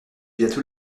bientôt